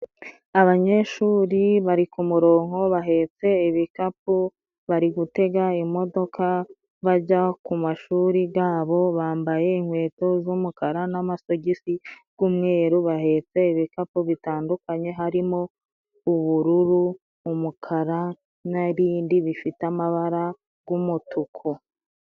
Abanyeshuri bari ku muronko bahetse ibikapu, bari gutega imodoka bajya ku mashuri ga bo, bambaye inkweto z'umukara n'amasogisi gw'umweru, bahetse ibikapu bitandukanye harimo ubururu, umukara, n'ibindi bifite amabara gw'umutuku.